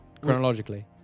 chronologically